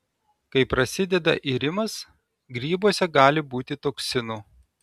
kai prasideda irimas grybuose gali būti toksinų